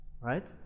Right